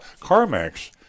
CarMax